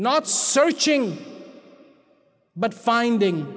not searching but finding